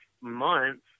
months